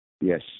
Yes